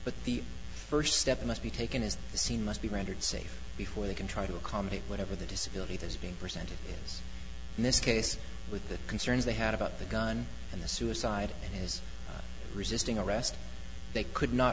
but the first step must be taken is the scene must be rendered safe before they can try to accommodate whatever the disability that is being presented in this case with the concerns they had about the gun and the suicide as resisting arrest they could not